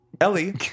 Ellie